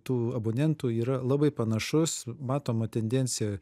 tų abonentų yra labai panašus matoma tendencija